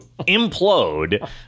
implode